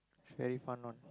is very fun one